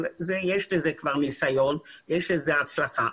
יש בזה כבר ניסיון ויש לזה הצלחה.